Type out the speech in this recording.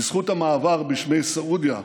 בזכות המעבר בשמי סעודיה,